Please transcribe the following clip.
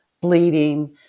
bleeding